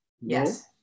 Yes